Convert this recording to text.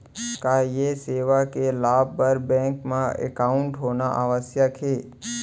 का ये सेवा के लाभ बर बैंक मा एकाउंट होना आवश्यक हे